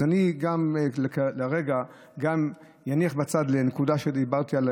אז אני לרגע גם אניח בצד את הנקודה שרציתי לדבר עליה,